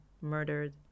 murdered